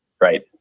right